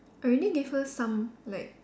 I already gave her some like